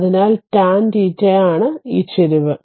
അതിനാൽ tan theta ഇതാണ് ചരിവ്